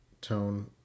tone